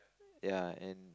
ya and